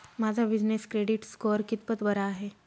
माझा business credit score कितपत बरा आहे?